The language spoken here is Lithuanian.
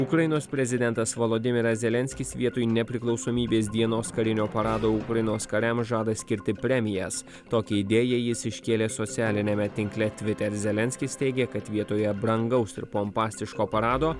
ukrainos prezidentas volodimiras zelenskis vietoj nepriklausomybės dienos karinio parado ukrainos kariams žada skirti premijas tokią idėją jis iškėlė socialiniame tinkle tviter zelenskis teigė kad vietoje brangaus ir pompastiško parado